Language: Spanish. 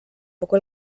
poco